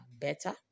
better